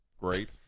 great